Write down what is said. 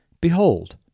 Behold